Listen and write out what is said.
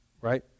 Right